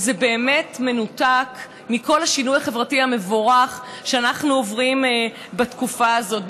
וזה באמת מנותק מכל השינוי החברתי המבורך שאנחנו עוברים בתקופה הזאת,